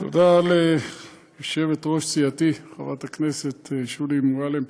תודה ליושבת-ראש סיעתי, חברת הכנסת שולי מועלם.